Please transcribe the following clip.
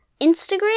Instagram